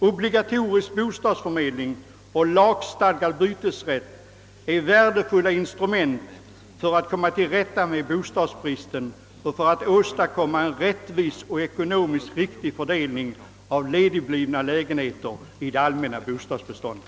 Obligatorisk bostadsförmedling och lagstadgad bytesrätt är värdefulla instrument för att komma till rätta med bostadsbristen och åstadkomma en rättvis och ekonomiskt riktig fördelning av ledigblivna lägenheter i det allmänna bostadsbeståndet.